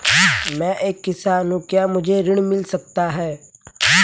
मैं एक किसान हूँ क्या मुझे ऋण मिल सकता है?